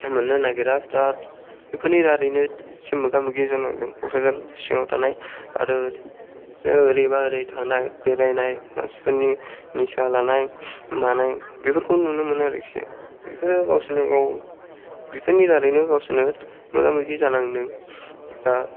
मोननो नागेरा दा बेफोरनि दारैनो एसे मोगा मोगि जानांदों क'क्राझार सिङाव थानाय आरो जों ओरैबा ओरै थांनाय बेरायनाय मानसिफोरनि निसा लानाय मानाय बेफोरखौनो नुनो मोनो आरोखि बेफोरो गावसिनो गाव बिफोरनि दारैनो गावसिनो मोगा मोगि जानांदों दा